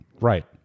Right